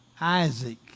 Isaac